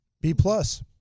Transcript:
B-plus